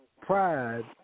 pride